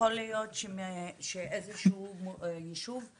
שיכול להיות שאיזשהו ישוב,